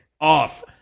off